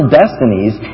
destinies